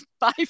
Bye